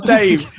Dave